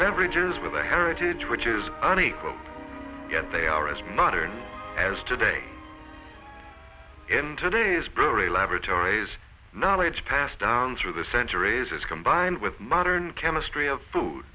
beverages with a heritage which is unequal yet they are as modern as today in today's brewery laboratories knowledge passed down through the centuries as combined with modern chemistry of food